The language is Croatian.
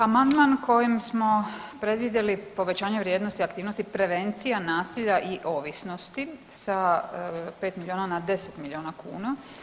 Amandman kojim smo predvidjeli povećanje vrijednosti aktivnosti prevencija nasilja i ovisnosti sa 5 milijuna na 10 milijuna kuna.